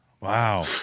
Wow